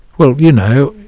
well you know,